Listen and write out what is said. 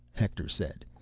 hector said.